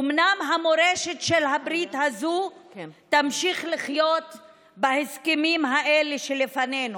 אומנם המורשת של הברית הזאת תמשיך לחיות בהסכמים האלה שלפנינו,